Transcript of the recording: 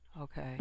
Okay